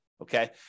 okay